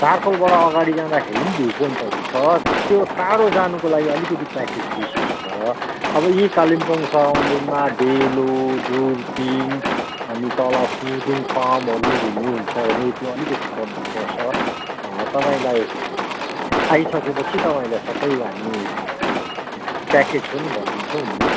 चारखोलबाट अगाडि जाँदाखेरि पनि भ्यु पोइन्टहरू छ त्यो टाढो जानुको लागि अलिकति प्याकेज बेसी हुन्छ अब यहीँ कालिम्पोङ सराउन्डिङमा डेलो दुर्पिन अनि तल पुदुङ फार्महरू घुम्नुहुन्छ भने त्यो अलिकति कम्ती पर्छ तपाईँलाई आइसकेपछि तपाईँलाई सबै हामी त्यो प्याकेज पनि भनिदिन्छौँ नि